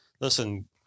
listen